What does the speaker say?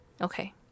Okay